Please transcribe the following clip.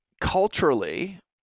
culturally